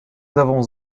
avons